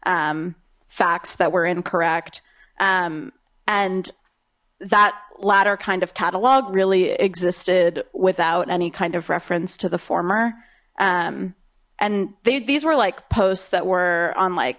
facts that were incorrect and that latter kind of catalog really existed without any kind of reference to the former and they these were like posts that were on like